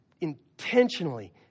intentionally